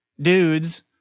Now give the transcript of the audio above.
dudes